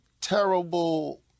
terrible